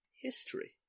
history